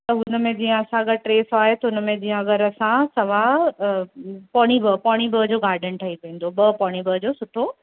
त हुन में जीअं असां अगरि टे सौ आहे त उनमें जीअं अगरि असां सवा पौणी ब पौणी ॿ जो गार्डन ठई पवंदो ॿ पौणी ॿ जो सुठो